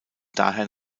daher